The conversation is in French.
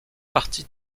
partie